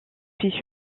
filles